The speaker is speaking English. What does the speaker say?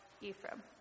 Ephraim